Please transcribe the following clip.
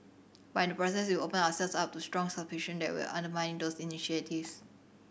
but in the process we opened ourselves up to strong suspicion that we were undermining those initiatives